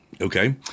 okay